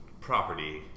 property